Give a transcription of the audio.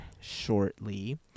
shortly